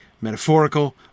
metaphorical